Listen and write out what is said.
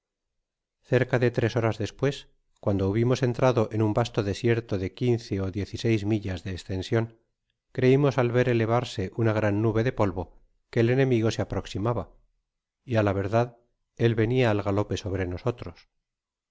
cerca de tres horas despues cuando hubimos entrado en un vasto desierto de quince ó diez y seis millas de estension creimos al ver elevarse una gran nube de polvo que el enemigo se aproxiba y á la verdad él veuia al galope sobre nosotros